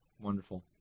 Wonderful